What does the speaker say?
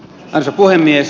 arvoisa puhemies